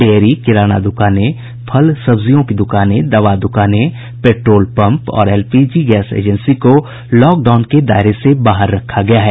dairy किराना दुकानें फल सब्जियों की दुकानें दवा दुकानें पेट्रोल पंप और एलपीजी गैस एजेंसी को लॉकडाउन के दायरे से बाहर रखा गया है